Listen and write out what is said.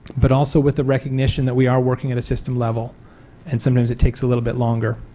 but also with the recognition that we are working on a system level and sometimes it takes a little bit longer.